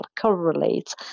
correlates